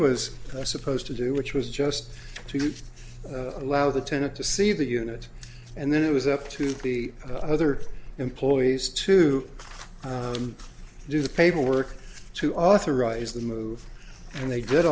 was supposed to do which was just to allow the tenant to see the unit and then it was up to the other employees to do the paperwork to authorize the move and they did